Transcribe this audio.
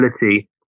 ability